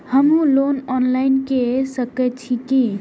हमू loan online के सके छीये की?